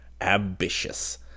ambitious